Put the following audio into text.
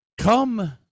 come